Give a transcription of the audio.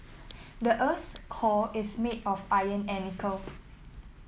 the earth's core is made of iron and nickel